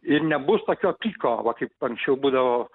ir nebus tokio piko va kaip anksčiau būdavo